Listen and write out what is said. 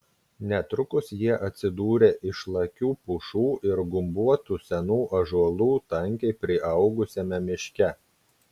netrukus jie atsidūrė išlakių pušų ir gumbuotų senų ąžuolų tankiai priaugusiame miške